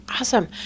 Awesome